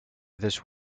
this